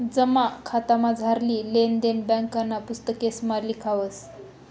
जमा खातामझारली लेन देन ब्यांकना पुस्तकेसमा लिखावस